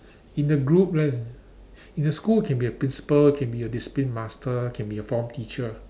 in the group let in a school can be a principal can be a discipline master can be a form teacher